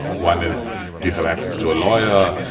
one is do you have access to a lawyer,